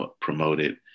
promoted